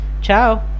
ciao